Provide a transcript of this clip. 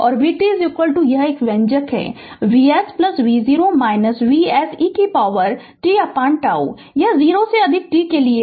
और vt यह व्यंजक Vs v0 Vs e कि पॉवर tτ यह 0 से अधिक t के लिए है